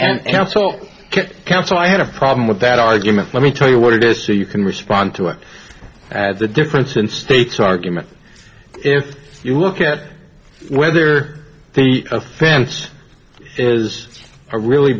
counsel i have a problem with that argument let me tell you what it is so you can respond to it as the difference in states argument if you look at whether the offense is a really